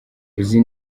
uzi